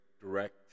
direct